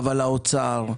אבל האוצר,